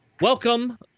Welcome